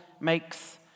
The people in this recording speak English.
makes